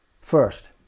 first